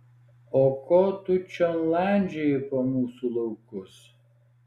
o ko tu čion landžioji po mūsų laukus